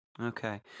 Okay